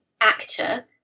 actor